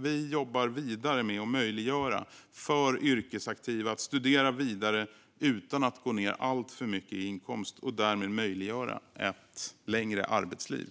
Vi jobbar dock vidare med att möjliggöra för yrkesaktiva att studera vidare utan att gå ned alltför mycket i inkomst och därmed möjliggöra ett längre arbetsliv.